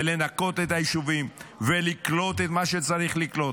ולנקות את היישובים ולקלוט את מה שצריך לקלוט.